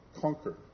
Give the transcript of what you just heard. conquer